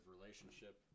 relationship